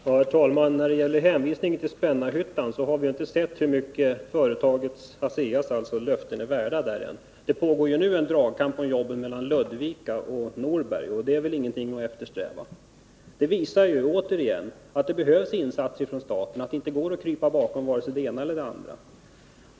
Herr talman! När det gäller hänvisningen till Spännarhyttan vill jag säga att vi inte sett hur mycket ASEA:s löften är värda ännu. Det pågår nu en dragkamp om jobben mellan Ludvika och Norberg, och det är väl ingenting att eftersträva. Det visar återigen att det behövs insatser från staten, att det inte går att krypa bakom vare sig det ena eller det andra.